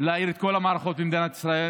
להעיר את כל המערכות במדינת ישראל.